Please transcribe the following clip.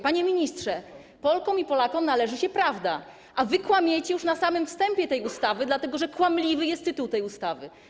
Panie ministrze, Polkom i Polakom należy się prawda, a wy kłamiecie już na samym wstępie, dlatego że kłamliwy jest tytuł tej ustawy.